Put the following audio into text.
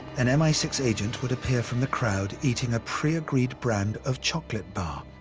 an m i six agent would appear from the crowd, eating a pre-agreed brand of chocolate bar.